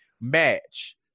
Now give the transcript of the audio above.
match